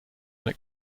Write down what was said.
that